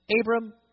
Abram